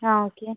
ആ ഓക്കെ